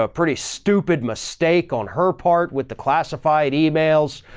ah pretty stupid mistake on her part with the classified emails,